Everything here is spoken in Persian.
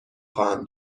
خواهم